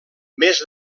més